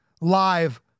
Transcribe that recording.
live